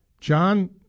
John